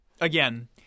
again